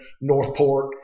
Northport